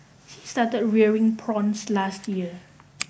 he started rearing prawns last year